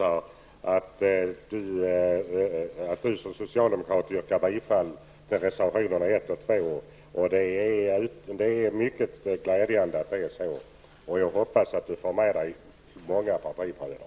Det är mycket glädjande att Jan Andersson som socialdemokrat yrkar bifall till reservation nr 1 och 2. Jag hoppas att han får med sig många partibröder.